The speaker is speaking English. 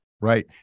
Right